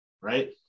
Right